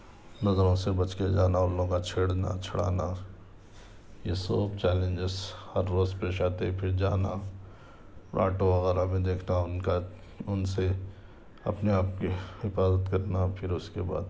نظروں سے بچ کے جانا ان لوگوں کا چھیڑنا چھاڑنا یہ سب چیلینز ہر روز پیش آتے پھر جانا آٹو وغیرہ میں دیکھتا ہوں ان کا ان سے اپنے آپ کی حفاظت کرنا پھر اس کے بعد